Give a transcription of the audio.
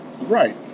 Right